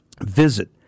Visit